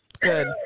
Good